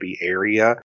area